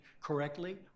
correctly